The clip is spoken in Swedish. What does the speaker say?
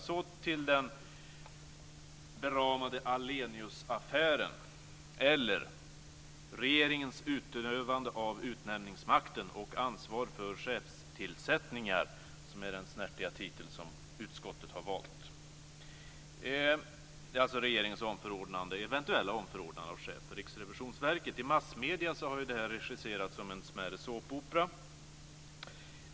Så till den beramade Ahleniusaffären eller "Regeringens utövande av utnämningsmakten och ansvar för chefstillsättningar" som är den snärtiga titel som utskottet har valt. Det gäller alltså regeringens eventuella omförordnande av chef för Riksrevisionsverket. I massmedierna har detta regisserats som en mindre såpopera.